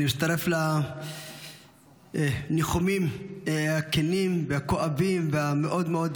אני מצטרף לניחומים הכנים והכואבים והמאוד-מאוד